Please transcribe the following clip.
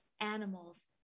animals